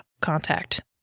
contact